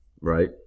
right